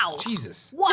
Jesus